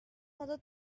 other